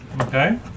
Okay